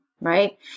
right